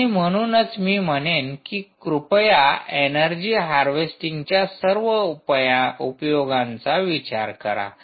आणि म्हणूनच मी म्हणेन कृपया एनर्जी हार्वेस्टिंगच्या सर्व उपयोगाचा विचार करा